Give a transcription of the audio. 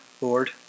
Lord